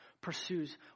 pursues